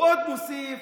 ועוד מוסיף